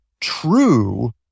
true